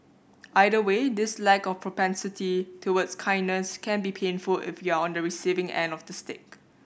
either way this lack of propensity towards kindness can be painful if you're on the receiving end of the stick